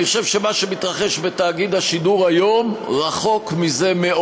אני חושב שמה שמתרחש בתאגיד השידור היום רחוק מזה מאוד,